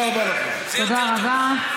תודה רבה,